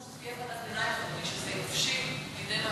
הובטח לנו שזו תהיה ועדת ביניים ושזה יבשיל לידי מעשה.